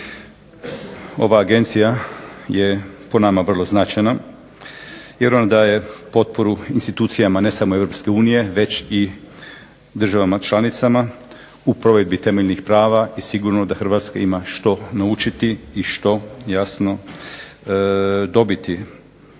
Ova agencija je po nama vrlo značajna jer ona daje potporu institucijama ne samo EU već i državama članicama u provedbi temeljnih prava i sigurno da Hrvatska ima što naučiti i što jasno dobiti